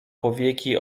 powieki